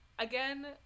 Again